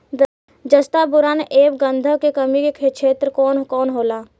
जस्ता बोरान ऐब गंधक के कमी के क्षेत्र कौन कौनहोला?